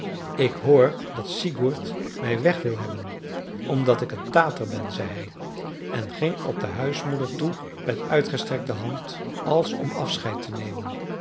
ik hoor dat sigurd mij weg wil hebben omdat ik een tater ben zei hij en ging op de huismoeder toe met uitgestrekte hand als om afscheid te nemen